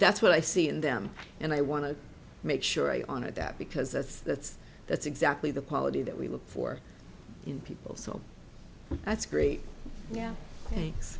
that's what i see in them and i want to make sure i on it that because that's that's that's exactly the quality that we look for in people so that's great yeah thanks